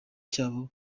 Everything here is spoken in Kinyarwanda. cyabo